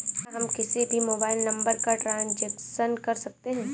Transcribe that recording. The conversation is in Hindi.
क्या हम किसी भी मोबाइल नंबर का ट्रांजेक्शन कर सकते हैं?